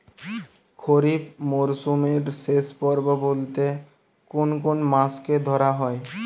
খরিপ মরসুমের শেষ পর্ব বলতে কোন কোন মাস কে ধরা হয়?